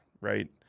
right